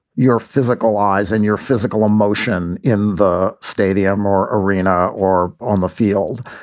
your physical eyes and your physical emotion in the stadium or arena or on the field.